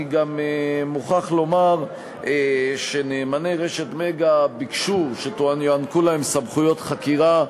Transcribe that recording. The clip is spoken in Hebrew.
אני גם מוכרח לומר שנאמני רשת "מגה" ביקשו שיוענקו להם סמכויות חקירה,